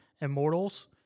immortals